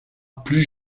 plus